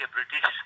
British